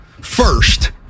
first